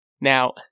Now